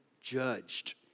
judged